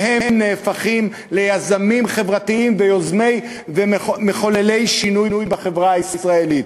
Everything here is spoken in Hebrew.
והם הופכים ליזמים חברתיים ולמחוללי שינוי בחברה הישראלית.